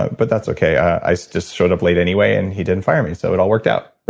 but that's okay. i so just showed up late anyway and he didn't fire me, so it all worked out